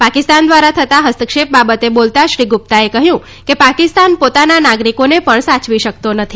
પાકિસ્તાન દ્વારા થતાં હસ્તક્ષેપ બાબતે બોલતા શ્રી ગુપ્તાએ કહ્યું કે પાકિસ્તાન પોતાના નાગરિકોને પણ સાચવી શકતો નથી